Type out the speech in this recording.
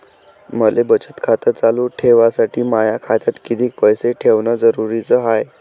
मले बचत खातं चालू ठेवासाठी माया खात्यात कितीक पैसे ठेवण जरुरीच हाय?